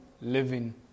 living